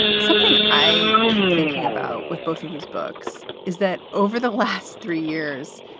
something i keep thinking about with both of these books is that over the last three years,